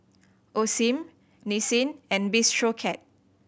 Osim Nissin and Bistro Cat